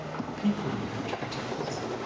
the people will have to protect the dhamma,